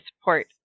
support